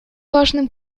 важным